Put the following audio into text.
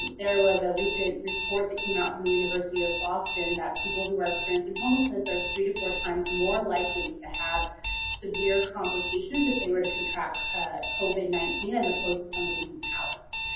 there was a recent report that came out from the university of boston, that people who are experiencing homelessness are three to four times more likely to have severe complications if they were to contract covid nineteen, as opposed to somebody who's housed.